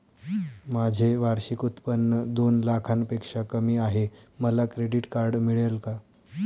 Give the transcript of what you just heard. माझे वार्षिक उत्त्पन्न दोन लाखांपेक्षा कमी आहे, मला क्रेडिट कार्ड मिळेल का?